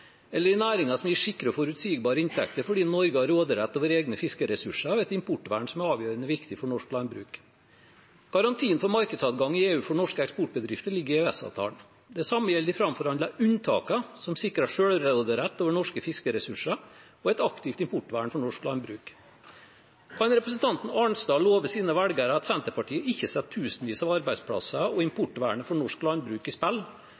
eller i næringer som gir sikre og forutsigbare inntekter fordi Norge har råderett over egne fiskeressurser og et importvern som er avgjørende viktig for norsk landbruk. Garantien for markedsadgang i EU for norske eksportbedrifter ligger i EØS-avtalen. Det samme gjelder de framforhandlede unntakene som sikrer selvråderett over norske fiskeressurser og et aktivt importvern for norsk landbruk. Kan representanten Arnstad love sine velgere at Senterpartiet ikke setter tusenvis av arbeidsplasser og importvernet for norsk landbruk i spill